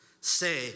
Say